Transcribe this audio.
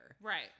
Right